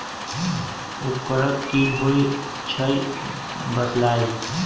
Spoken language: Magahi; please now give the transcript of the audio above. उर्वरक की होई छई बताई?